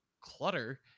clutter